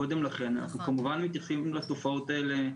קודם כן, אנחנו כמובן מתייחסים לתופעות האלה,